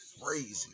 crazy